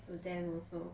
to them also